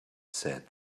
said